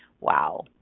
Wow